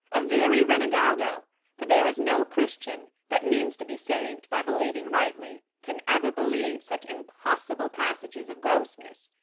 a very renegado for there is no christian, that means to be sav'd by believing rightly, can ever believe such impossible passages of grossness.